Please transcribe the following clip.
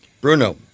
Bruno